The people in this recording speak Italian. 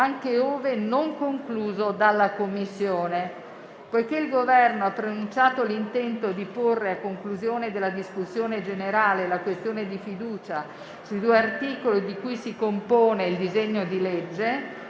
anche ove non concluso dalla Commissione. Poiché il Governo ha preannunciato l'intento di porre - a conclusione della discussione generale - la questione di fiducia sui due articoli di cui si compone il disegno di legge,